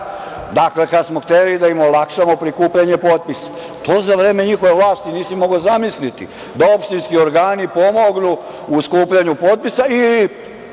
Dakle, kad smo hteli da im olakšamo prikupljanje potpisa. To za vreme njihove vlasti nisi mogao zamisliti, da opštinski organi pomognu u skupljanju potpisa ili,